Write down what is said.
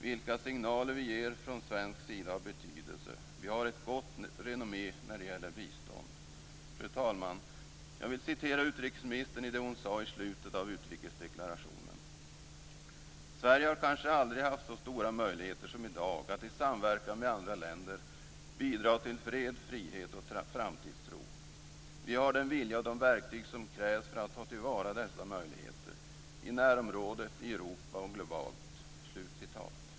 Vilka signaler vi ger från svensk sida har betydelse. Vi har ett gott renommé när det gäller bistånd. Fru talman! Jag vill citera det utrikesministern sade i slutet av utrikesdeklarationen: "Sverige har kanske aldrig haft så stora möjligheter som i dag att i samverkan med andra länder bidra till fred, frihet och framtidstro. Vi har den vilja och de verktyg som krävs för att ta till vara dessa möjligheter - i närområdet, i Europa och globalt."